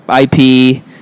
IP